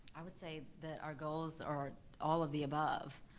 i would say that our goals are all of the above.